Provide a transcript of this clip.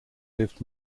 lived